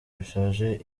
bishaje